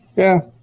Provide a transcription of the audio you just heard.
yeah.